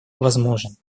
возможен